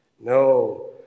No